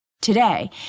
today